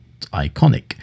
iconic